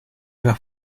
haga